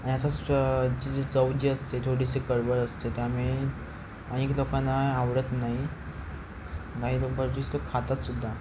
याचा जी चव जी असते थोडीशी कडवट असते त्यामुळे अनेक लोकांना आवडत नाही काही तो खातातसुद्धा